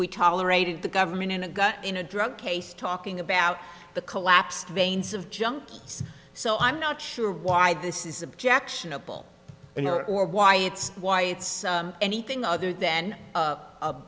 we tolerated the government in a guy in a drug case talking about the collapse veins of junk so i'm not sure why this is objectionable and or why it's why it's anything other then